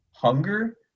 hunger